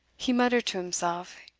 he muttered to himself,